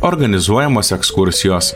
organizuojamos ekskursijos